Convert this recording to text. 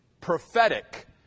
prophetic